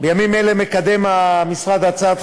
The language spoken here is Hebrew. אם המליאה תאשר,